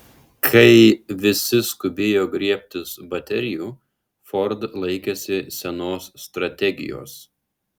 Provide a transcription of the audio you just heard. kai visi skubėjo griebtis baterijų ford laikėsi senos strategijos